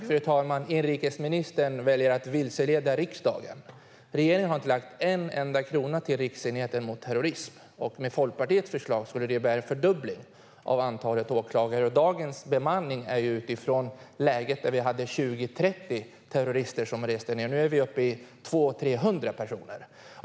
Fru talman! Inrikesministern väljer att vilseleda riksdagen. Regeringen har inte lagt fram en enda krona till en riksenhet mot terrorism. Med Folkpartiets förslag skulle det innebära en fördubbling av antalet åklagare. Dagens bemanning är utifrån läget med 20-30 terrorister som reste ned. Nu är vi uppe i 200-300 personer.